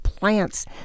plants